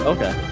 Okay